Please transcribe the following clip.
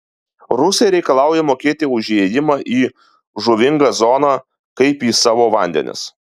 rusai reikalauja mokėti už įėjimą į žuvingą zoną kaip į savo vandenis